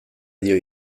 dio